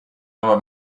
nuova